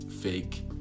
fake